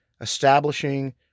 establishing